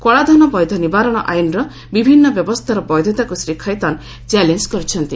କଳାଧନ ବୈଧ ନିବାରଣ ଆଇନ୍ର ବିଭିନ୍ନ ବ୍ୟବସ୍ଥାର ବୈଧତାକୁ ଶ୍ରୀ ଖୈତାନ୍ ଚାଲେଞ୍ଜ କରିଛନ୍ତି